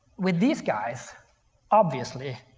with these guys obviously,